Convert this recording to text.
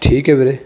ਠੀਕ ਹੈ ਵੀਰੇ